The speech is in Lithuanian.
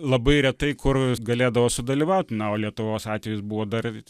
labai retai kur galėdavo sudalyvaut na o lietuvos atvejis buvo dar